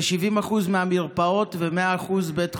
כ-70% מהמרפאות ו-100% בית חולים.